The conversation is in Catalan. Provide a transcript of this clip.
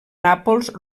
nàpols